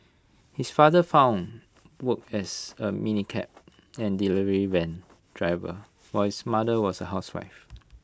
his father found work as A minicab and delivery van driver while his mother was A housewife